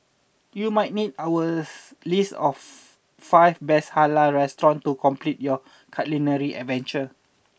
you might need our list of five best Halal restaurants to complete your culinary adventure